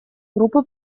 группы